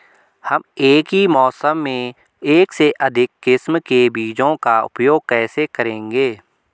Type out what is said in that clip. हम एक ही मौसम में एक से अधिक किस्म के बीजों का उपयोग कैसे करेंगे?